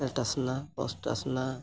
ᱮᱹᱴ ᱟᱥᱱᱟ ᱯᱳᱥᱴ ᱟᱥᱱᱟ